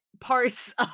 parts